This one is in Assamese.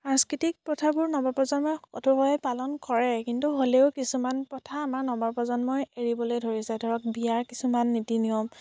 সাংস্কৃতিক প্ৰথাবোৰ নৱপ্ৰজন্মই অতবোৰে পালন কৰেই কিন্তু হ'লেও কিছুমান প্ৰথা আমাৰ নৱপ্ৰজন্মই এৰিব ধৰিছে যেনে ধৰক বিয়াৰ কিছুমান নীতি নিয়ম